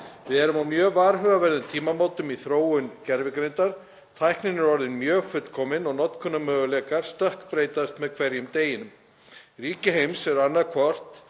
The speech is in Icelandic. Við erum á mjög varhugaverðum tímamótum í þróun gervigreindar. Tæknin er orðin mjög fullkomin og notkunarmöguleikar stökkbreytast með hverjum deginum. Ríki heims eru annaðhvort